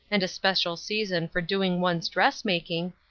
and a special season for doing one's dressmaking,